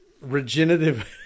regenerative